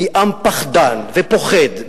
מעם פחדן ופוחד,